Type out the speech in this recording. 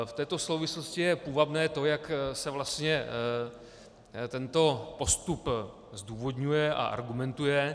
V této souvislosti je půvabné to, jak se vlastně tento postup zdůvodňuje a argumentuje.